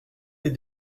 les